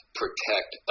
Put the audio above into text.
protect